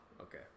okay